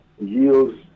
yields